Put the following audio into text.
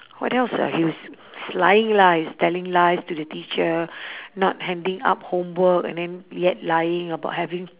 what else ah he was lying lah he's telling lies to the teacher not handing up homework and then yet lying about having